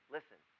Listen